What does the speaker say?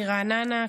מרעננה,